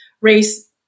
race